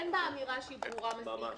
אין פה אמירה ברורה מספיק.